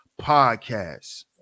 Podcast